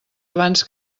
abans